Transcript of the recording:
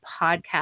podcast